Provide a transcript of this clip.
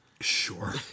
Sure